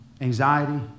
Anxiety